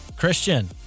Christian